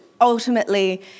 ultimately